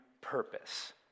purpose